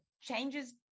changes